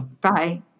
Bye